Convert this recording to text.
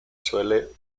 suele